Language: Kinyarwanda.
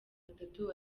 batatu